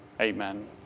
amen